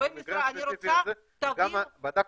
בדקתי,